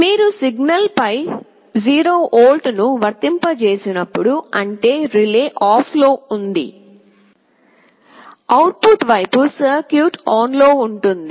మీరు సిగ్నల్పై 0 వోల్ట్ను వర్తింపజేస్తున్నప్పుడు అంటే రిలే ఆఫ్లో ఉంది కానీ అవుట్పుట్ వైపు సర్క్యూట్ ఆన్లో ఉంటుంది